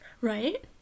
Right